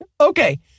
Okay